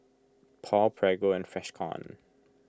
Paul Prego and Freshkon